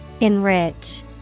Enrich